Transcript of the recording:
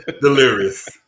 delirious